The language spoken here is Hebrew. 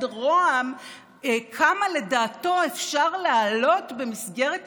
ראש הממשלה כמה לדעתו אפשר להעלות במסגרת התקציב,